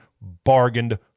bargained